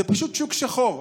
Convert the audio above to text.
זה פשוט שוק שחור.